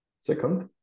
Second